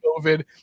COVID